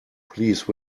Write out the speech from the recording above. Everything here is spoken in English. please